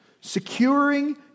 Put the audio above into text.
Securing